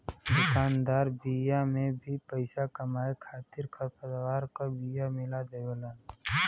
दुकानदार बिया में भी पईसा कमाए खातिर खरपतवार क बिया मिला देवेलन